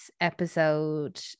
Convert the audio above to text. episode